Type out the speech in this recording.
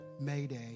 mayday